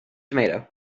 tomato